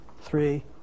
three